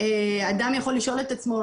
אדם יכול לשאול את עצמו,